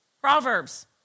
Proverbs